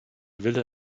wille